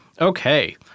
Okay